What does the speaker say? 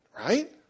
Right